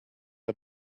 are